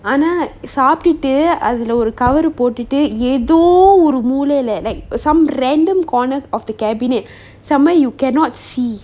ஆனா சாப்டுட்டு அதுல ஒரு:aana saptuttu athula oru cover போட்டுட்டு எதோ ஒரு மூலைல:pottuttu etho oru moolaila like some random corner of the cabinet somewhere you cannot see